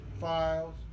files